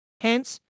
Hence